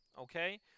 okay